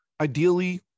ideally